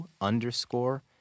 underscore